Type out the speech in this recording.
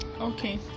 Okay